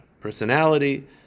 personality